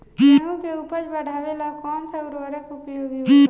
गेहूँ के उपज बढ़ावेला कौन सा उर्वरक उपयोग करीं?